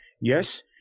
Yes